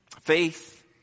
Faith